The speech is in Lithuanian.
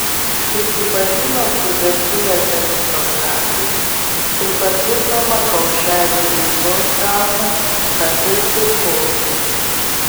susipažino su virtuvės aristokratais tai papildomą kaušelį buizos gauna kartais ir košės